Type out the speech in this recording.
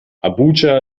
abuja